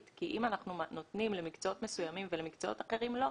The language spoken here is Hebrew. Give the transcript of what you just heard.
כי אם אנחנו נותנים למקצועות מסוימים ולמקצועות אחרים לא,